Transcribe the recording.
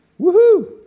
Woohoo